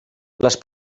les